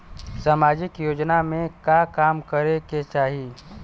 सामाजिक योजना में का काम करे के चाही?